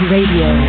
Radio